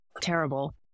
terrible